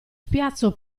spiazzo